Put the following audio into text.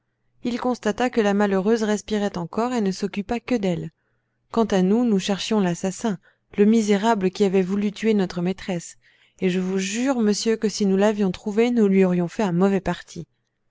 il constata que la malheureuse respirait encore et ne s'occupa que d'elle quant à nous nous cherchions l'assassin le misérable qui avait voulu tuer notre maîtresse et je vous jure monsieur que si nous l'avions trouvé nous lui aurions fait un mauvais parti